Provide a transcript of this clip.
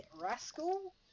Rascal